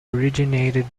originated